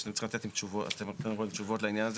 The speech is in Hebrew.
שאתם צריכים לבוא עם תשובות לעניין הזה,